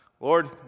Lord